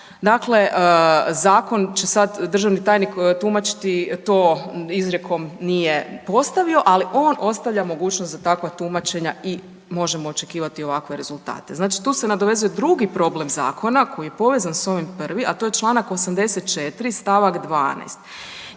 dakle zakon će sad državni tajnik tumačiti to izrijekom nije postavio, ali on ostavlja mogućnost za takva tumačenja i možemo očekivati ovakve rezultate. Znači tu se nadovezuje drugi problem zakona koji je povezan s ovim prvim, a to je čl. 84. st. 12.